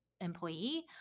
employee